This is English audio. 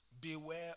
beware